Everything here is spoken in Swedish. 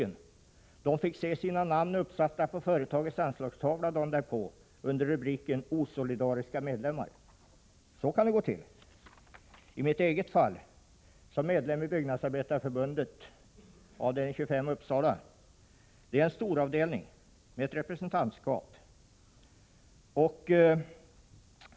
De fick dagen därpå se sina namn uppsatta på företagets anslagstavla under rubriken ”Osolidariska medlemmar”. Så kan det gå till! Låt mig ta upp mitt eget fall som medlem i Byggnadsarbetareförbundets avdelning 25 i Uppsala. Det är en storavdelning med ett representantskap.